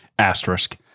Asterisk